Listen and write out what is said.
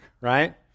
right